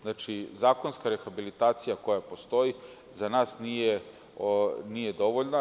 Zakonska rehabilitacija koja postoji za nas nije dovoljna.